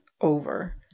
over